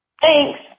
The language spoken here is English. Thanks